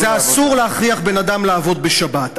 יש חוק: אסור להכריח בן-אדם לעבוד בשבת.